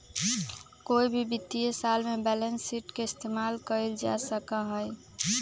कोई भी वित्तीय साल में बैलेंस शीट के इस्तेमाल कइल जा सका हई